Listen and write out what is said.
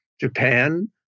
Japan